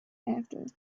after